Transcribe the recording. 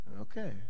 okay